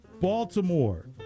Baltimore